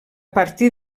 partir